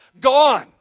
gone